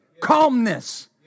calmness